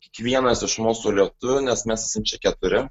kiekvienas iš mūsų lietuvių nes mes esam čia keturi